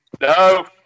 No